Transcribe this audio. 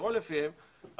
לפעול לפיהם,